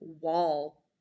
wall